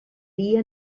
dia